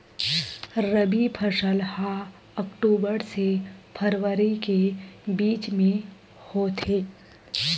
रबी फसल हा अक्टूबर से फ़रवरी के बिच में होथे